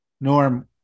Norm